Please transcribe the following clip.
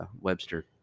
Webster